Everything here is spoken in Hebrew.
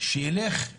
שילכו למאכער,